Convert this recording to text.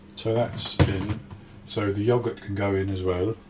so that's in so the yogurt can go in as well.